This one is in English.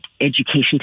education